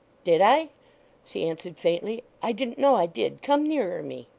did i she answered faintly. i didn't know i did. come nearer me